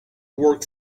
work